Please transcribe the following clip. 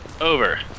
Over